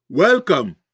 Welcome